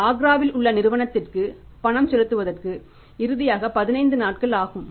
ஆகவே ஆக்ராவில் உள்ள நிறுவனத்திற்கு பணம் செலுத்துவதற்கு இறுதியாக 15 நாட்கள் ஆகும்